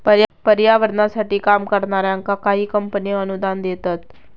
पर्यावरणासाठी काम करणाऱ्यांका काही कंपने अनुदान देतत